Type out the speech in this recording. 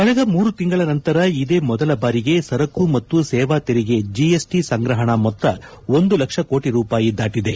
ಕಳೆದ ಮೂರು ತಿಂಗಳ ನಂತರ ಇದೇ ಮೊದಲ ಬಾರಿಗೆ ಸರಕು ಮತ್ತು ಸೇವಾ ತೆರಿಗೆ ಜಿಎಸ್ಟಿ ಸಂಗ್ರಹಣಾ ಮೊತ್ತ ಒಂದು ಲಕ್ಷ ಕೋಟಿ ರೂಪಾಯಿ ದಾಟಿದೆ